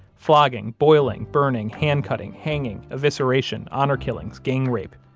flogging, boiling, burning, hand-cutting, hanging, evisceration, honor killings, gang rape.